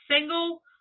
Single